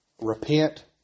Repent